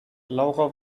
laura